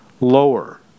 lower